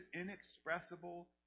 inexpressible